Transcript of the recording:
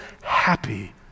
happy